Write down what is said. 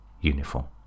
uniform